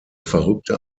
verrückte